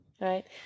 right